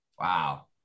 Wow